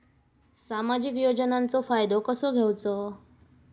सामाजिक योजनांचो फायदो कसो घेवचो?